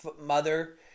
mother